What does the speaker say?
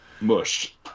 Mush